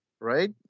Right